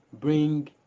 bring